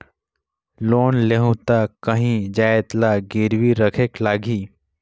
Loan लेहूं ता काहीं जाएत ला गिरवी रखेक लगही?